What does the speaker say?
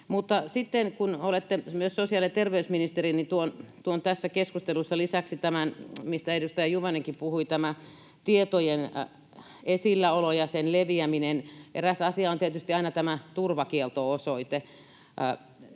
sitten, kun olette myös sosiaali- ja terveysministeri, niin tuon tässä keskustelussa lisäksi tämän, mistä edustaja Juvonenkin puhui: tietojen esilläolo ja sen leviäminen. Eräs asia on tietysti aina tämä turvakielto-osoite.